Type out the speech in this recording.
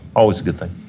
always a good thing.